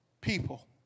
people